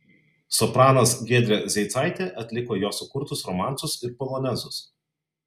sopranas giedrė zeicaitė atliko jo sukurtus romansus ir polonezus